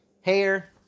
hair